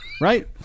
right